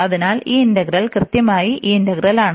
അതിനാൽ ഈ ഇന്റഗ്രൽ കൃത്യമായി ഈ ഇന്റഗ്രൽ ആണ്